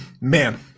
Man